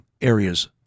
areas